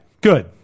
Good